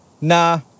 nah